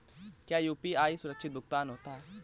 क्या यू.पी.आई सुरक्षित भुगतान होता है?